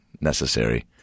necessary